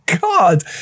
God